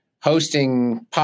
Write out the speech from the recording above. hosting